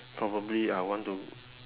probably I want to